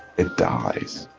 it dies.